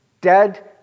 dead